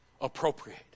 appropriate